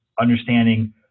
understanding